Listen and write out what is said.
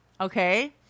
Okay